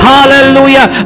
Hallelujah